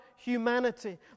humanity